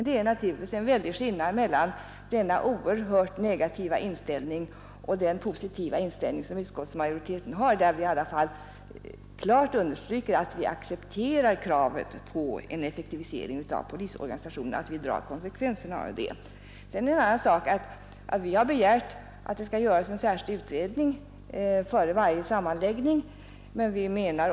Det är naturligtvis en väldig skillnad mellan denna oerhört negativa inställning och den positiva inställning utskottsmajoriteten har, där vi i alla fall klart understryker att vi accepterar kravet på en effektivisering av polisorganisationen och att vi drar konsekvensen av det. En annan sak är att vi har begärt att det skall göras en särskild utredning före varje sammanläggning.